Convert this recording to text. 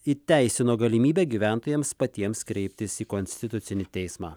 įteisino galimybę gyventojams patiems kreiptis į konstitucinį teismą